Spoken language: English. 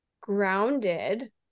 grounded